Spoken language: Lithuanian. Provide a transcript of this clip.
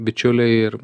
bičiuliai ir